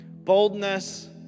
Boldness